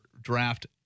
draft